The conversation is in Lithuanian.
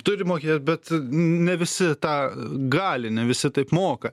turi mokėt bet ne visi tą gali ne visi taip moka